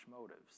motives